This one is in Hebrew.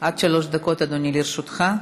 עד שלוש דקות, אדוני, לרשותך.